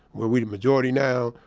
where we the majority now,